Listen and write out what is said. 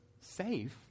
safe